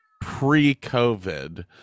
pre-COVID